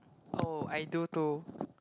oh I do too